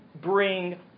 bring